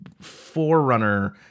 forerunner